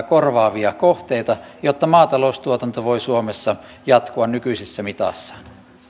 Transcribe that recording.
korvaavia kohteita jotta maataloustuotanto voi suomessa jatkua nykyisessä mitassaan